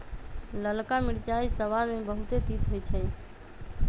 ललका मिरचाइ सबाद में बहुते तित होइ छइ